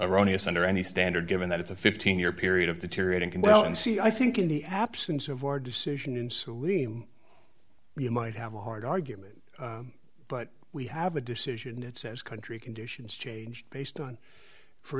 erroneous under any standard given that it's a fifteen year period of deteriorating and well in c i think in the absence of our decision in saline you might have a hard argument but we have a decision that says country conditions change based on for